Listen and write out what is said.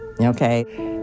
okay